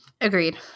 Agreed